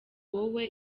wowe